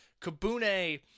Kabune